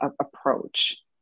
approach